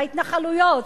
בהתנחלויות,